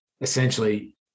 essentially